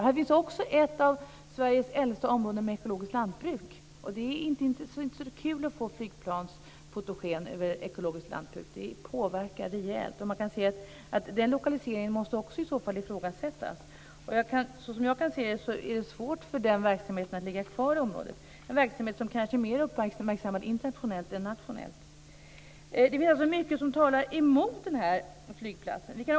Här finns också ett av Sveriges äldsta områden med ekologiskt lantbruk. Det är inte så kul att få flygplansfotogen över ekologiskt lantbruk. Det påverkar rejält. Den lokaliseringen måste i så fall också ifrågasättas. Som jag ser det vore det svårt för den verksamheten att finnas kvar i området - en verksamhet som kanske är mer uppmärksammad internationellt än nationellt. Det finns alltså mycket som talar emot den här flygplatsen.